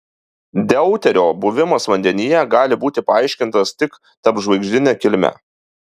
deuterio buvimas vandenyje gali būti paaiškintas tik tarpžvaigždine kilme